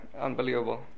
unbelievable